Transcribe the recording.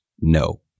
no